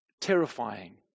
terrifying